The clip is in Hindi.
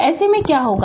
ऐसे में क्या होगा